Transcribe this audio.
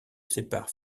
sépare